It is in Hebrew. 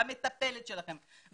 במטפלת שלכם,